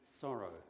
sorrow